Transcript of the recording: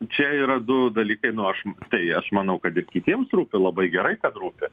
čia yra du dalykai nu aš tai aš manau kad ir kitiems rūpi labai gerai kad rūpi